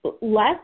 less